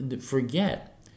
forget